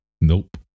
nope